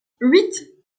huit